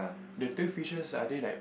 the two fishers are they like